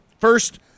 first